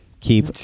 Keep